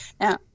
now